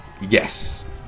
Yes